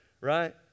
Right